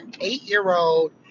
eight-year-old